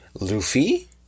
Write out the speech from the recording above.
Luffy